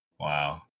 Wow